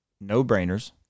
no-brainers